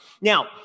Now